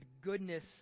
goodness